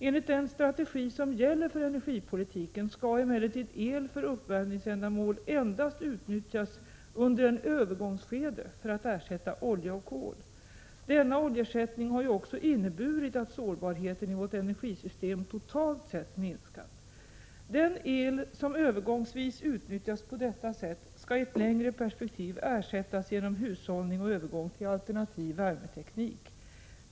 Enligt den strategi som gäller för energipolitiken skall emellertid el för uppvärmningsändamål utnyttjas endast under ett övergångsskede för att ersätta olja och kol. Denna oljeersättning har ju också inneburit att sårbarheten i vårt energisystem totalt sett har minskat. Den el som övergångsvis utnyttjas på detta sätt skall i ett längre perspektiv ersättas genom hushållning och övergång till alternativ värmeteknik.